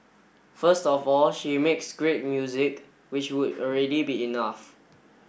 first of all she makes great music which would already be enough